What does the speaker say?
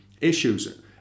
issues